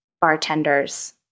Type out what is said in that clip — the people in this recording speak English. bartenders